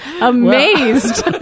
Amazed